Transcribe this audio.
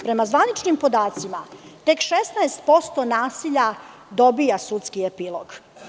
Prema zvaničnim podacima, tek 16% nasilja dobija sudski epilog.